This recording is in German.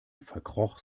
verkroch